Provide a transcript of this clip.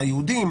היהודים,